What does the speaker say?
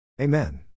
Amen